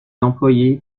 employés